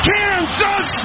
Kansas